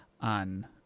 on